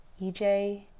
EJ